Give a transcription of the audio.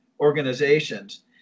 organizations